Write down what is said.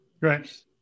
Right